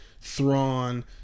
Thrawn